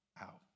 out